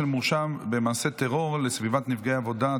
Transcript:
של מורשע במעשה טרור לסביבת נפגעי העבירה,